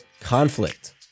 conflict